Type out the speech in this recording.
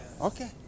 Okay